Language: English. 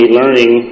learning